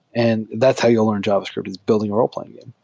and that's how you'll learn javascript, is building a ro le-playing game.